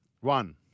One